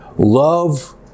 love